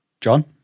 John